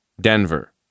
Denver